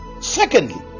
secondly